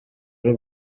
y’u